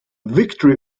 victory